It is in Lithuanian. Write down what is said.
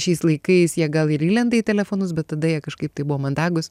šiais laikais jie gal ir įlenda į telefonus bet tada jie kažkaip tai buvo mandagūs